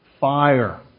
fire